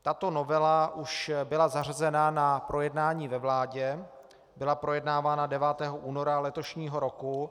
Tato novela už byla zařazena na projednání ve vládě, byla projednávána 9. února letošního roku.